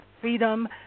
freedom